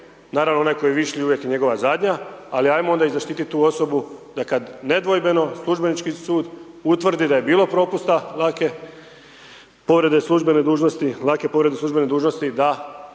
naravno onaj koji je višlji, uvijek njegova je zadnja, ali jamo i zaštiti tu osobu da kad nedvojbeno, službenički sud utvrdi da je bilo propusta lake povrede službene dužnosti da